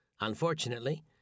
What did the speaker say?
Unfortunately